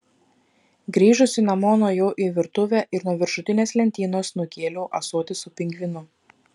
grįžusi namo nuėjau į virtuvę ir nuo viršutinės lentynos nukėliau ąsotį su pingvinu